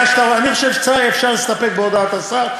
אני חושב שאפשר להסתפק בהודעת השר.